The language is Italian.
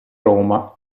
roma